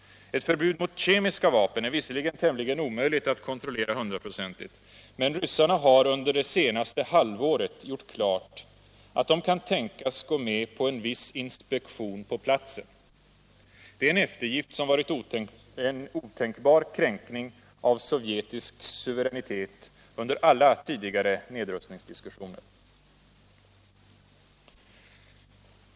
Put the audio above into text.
Ett förbud mot kemiska vapen är visserligen tämligen omöjligt att kontrollera hundraprocentigt, men ryssarna har under det senaste halvåret gjort klart att de kan tänkas gå med på en viss ”inspektion på platsen”. Det är en eftergift som varit en otänkbar kränkning av sovjetisk suveränitet under alla tidigare nedrustningsdiskussioner.